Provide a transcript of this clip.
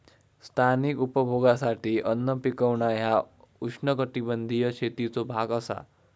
स्थानिक उपभोगासाठी अन्न पिकवणा ह्या उष्णकटिबंधीय शेतीचो भाग असा